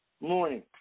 morning